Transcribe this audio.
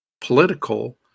political